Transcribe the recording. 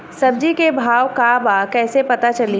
सब्जी के भाव का बा कैसे पता चली?